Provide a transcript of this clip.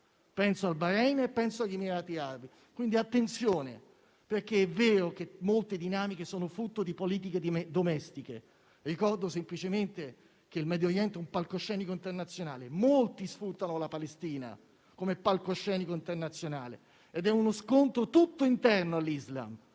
penso al Bahrein e penso agli Emirati arabi. Attenzione, quindi, perché è vero che molte dinamiche sono frutto di politiche domestiche, ricordo semplicemente che il Medio Oriente è un palcoscenico internazionale, molti sfruttano la Palestina come palcoscenico internazionale ed è uno scontro tutto interno all'Islam,